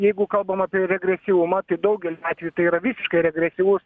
jeigu kalbam apie regresyvumą tai daugeliu atveju tai yra visiškai regresyvūs